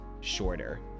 shorter